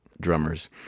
drummers